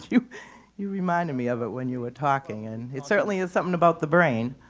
you you reminded me of it when you were talking. and it certainly is something about the brain.